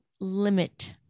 limit